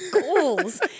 goals